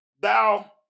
Thou